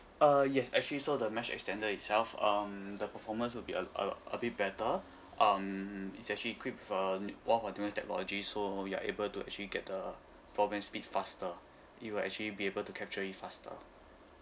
uh yes actually so the mesh extender itself um the performance will be a a a bit better um it's actually equipped for one ultimate technology so you are able to actually get the broadband speed faster it will actually be able to capture it faster